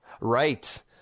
Right